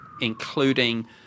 including